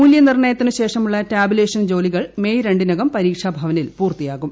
മൂല്യനിർണയത്തിനു ശേഷമുള്ള ടാബുലേഷൻ ജോലികൾ മേയ് രണ്ടിനകം പരീക്ഷഭവനിൽ പൂർത്തിയാകും